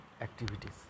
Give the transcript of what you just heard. activities